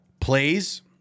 plays